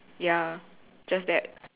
ya just that